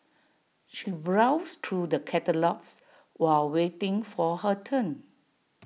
she browsed through the catalogues while waiting for her turn